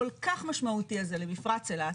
הכול כך משמעותי הזה למפרץ אילת,